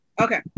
okay